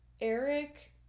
eric